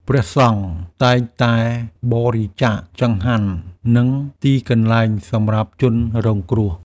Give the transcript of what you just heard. ព្រះសង្ឃតែងតែបរិច្ចាគចង្ហាន់ និងទីកន្លែងសម្រាប់ជនរងគ្រោះ។